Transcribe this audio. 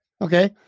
Okay